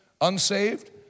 unsaved